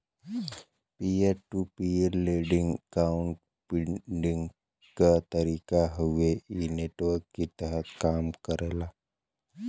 peer to peer lending crowd funding क तरीका हउवे इ नेटवर्क के तहत कम करला